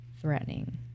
threatening